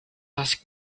ask